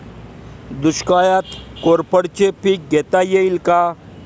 दुष्काळात कोरफडचे पीक घेता येईल का?